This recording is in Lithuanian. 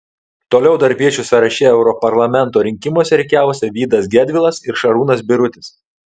toliau darbiečių sąraše europarlamento rinkimuose rikiavosi vydas gedvilas ir šarūnas birutis